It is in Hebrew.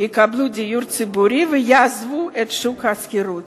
יקבלו דיור ציבורי ויעזבו את שוק השכירות.